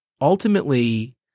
ultimately